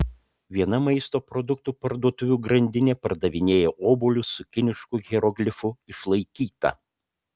viena maisto produktų parduotuvių grandinė pardavinėja obuolius su kinišku hieroglifu išlaikyta